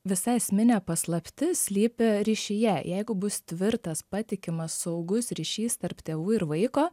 visai esminė paslaptis slypi ryšyje jeigu bus tvirtas patikimas saugus ryšys tarp tėvų ir vaiko